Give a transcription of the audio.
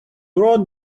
wrote